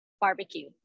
barbecue